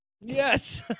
Yes